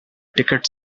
ticket